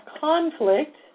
conflict